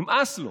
נמאס לו.